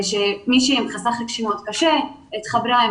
מישהי עם חסך רגשי מאוד קשה התחברה עם